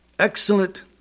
Excellent